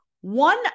One